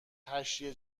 تشییع